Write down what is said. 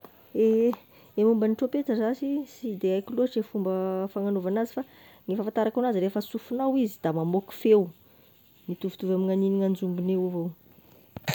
Ehe, gne momban'ny tropetra zashy sy de aiko loatry e fomba fagnagnaovana azy fa gne fahafantarako anazy, la fa sofinao izy da mamoaky feo, mitovitovy amigna gn'egny anjombony eo avao